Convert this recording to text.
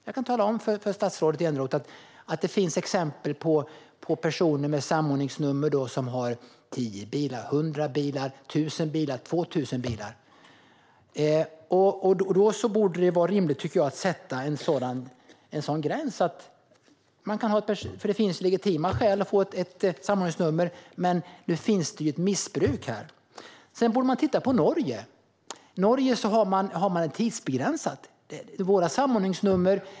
Jag kan tala om för statsrådet Eneroth att det finns exempel på personer med samordningsnummer som har 10, 100, 1 000 eller 2 000 bilar. Då borde det vara rimligt att sätta en gräns. Det kan finnas legitima skäl att få ett samordningsnummer, men här finns det ett missbruk. Sedan borde man titta på Norge. Där har man tidsbegränsade samordningsnummer.